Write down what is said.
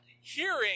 hearing